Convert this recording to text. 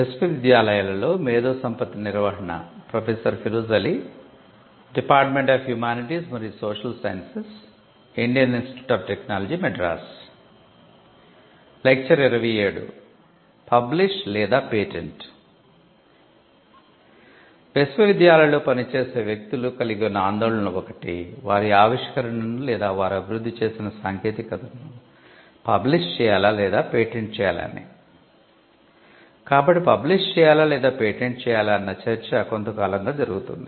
విశ్వవిద్యాలయంలో పనిచేసే వ్యక్తులు కలిగి ఉన్న ఆందోళనలలో ఒకటి వారి ఆవిష్కరణను లేదా వారు అభివృద్ధి చేసిన సాంకేతికతను పబ్లిష్ చేయాలా' అన్న చర్చ కొంతకాలంగా జరుగుతుంది